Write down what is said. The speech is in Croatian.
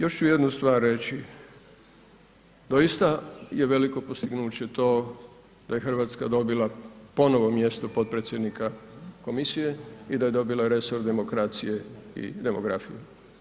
Još ću jednu stvar reći, doista je veliko postignuće to da je RH dobila ponovo mjestu potpredsjednika Komisije i da je dobila resor demokracije i demografije.